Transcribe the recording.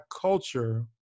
culture